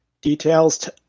details